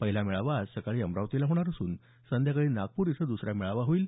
पहिला मेळावा आज सकाळी अमरावतीला होणार असून संध्याकाळी नागपूर इथं दुसरा मेळावा होईल